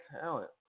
talent